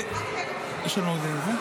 יש לנו עוד זמן?